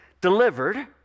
delivered